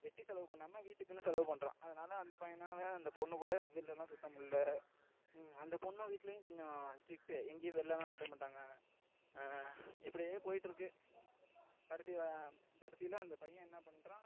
வெட்டி செலவு பண்ணாம வீட்டுக்குன்னு செலவு பண்ணுறான் அதனால அந்த பையனால் அந்த பொண்ணுக்கூட வெளிலலாம் சுத்து முல்ல அந்த பொண்ணு வீட்லையும் கொஞ்சம் ஸ்ட்ரிக்ட்டு எங்கேயும் வெளிலலாம் அனுப்ப மாட்டாங்க இப்படியே போயிட்றுக்கு கடைசி கடைசியில அந்த பையன் என்ன பண்ணுறான்